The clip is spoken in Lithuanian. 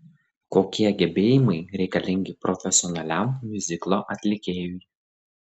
kokie gebėjimai reikalingi profesionaliam miuziklo atlikėjui